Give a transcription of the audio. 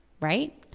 Right